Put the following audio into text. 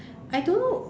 I don't know